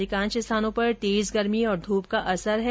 अधिकांश स्थानों पर तेज गर्मी और धूप का असर है